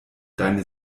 deine